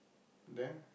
then